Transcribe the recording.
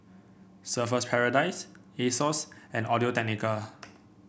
Surfer's Paradise Asos and Audio Technica